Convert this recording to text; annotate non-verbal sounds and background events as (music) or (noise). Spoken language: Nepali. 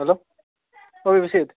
हेलो ओ (unintelligible)